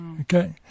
Okay